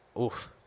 oof